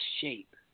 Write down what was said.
shape